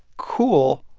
cool.